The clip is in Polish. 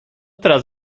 teraz